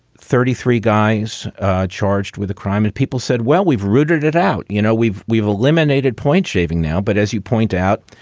thirty three guys charged with a crime. and people said, well, we've rooted it out. you know, we've we've eliminated point shaving now. but as you point out,